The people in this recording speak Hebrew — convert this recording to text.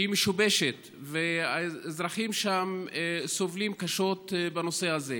שהיא משובשת והאזרחים שם סובלים קשות בנושא הזה.